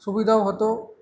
সুবিধাও হতো